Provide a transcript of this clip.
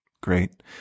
great